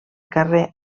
carrer